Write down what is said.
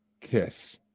kiss